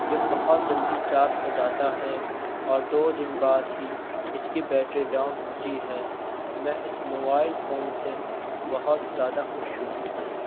یہ بہت جلدی چارج ہو جاتا ہے اور دو دن بعد ہی اس کی بیٹری ڈاؤن ہوتی ہے میں اس موبائل فون سے بہت زیادہ خوش ہوں